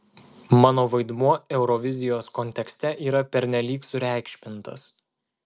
mano vaidmuo eurovizijos kontekste yra pernelyg sureikšmintas